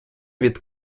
від